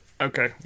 Okay